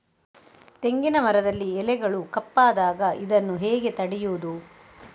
ತೆಂಗಿನ ಮರದಲ್ಲಿ ಎಲೆಗಳು ಕಪ್ಪಾದಾಗ ಇದನ್ನು ಹೇಗೆ ತಡೆಯುವುದು?